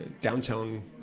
downtown